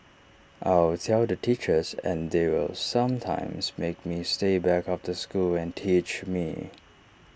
I'll tell the teachers and they will sometimes make me stay back after school and teach me